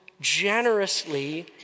generously